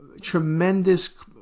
tremendous